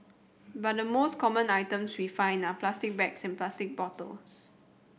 but the most common items we find are plastic bags and plastic bottles